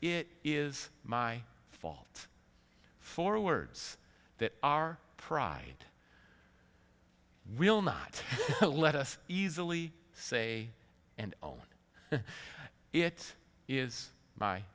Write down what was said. it is my fault for words that our pride will not let us easily say and own it is